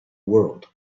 world